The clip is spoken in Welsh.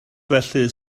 felly